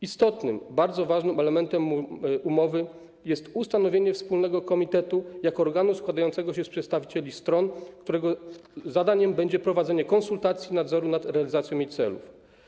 Istotnym, bardzo ważnym elementem umowy jest ustanowienie wspólnego komitetu jako organu składającego się z przedstawicieli stron, którego zadaniem będzie prowadzenie konsultacji, nadzoru nad realizacją jej celów.